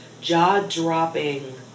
Jaw-dropping